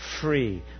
free